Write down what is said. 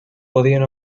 podien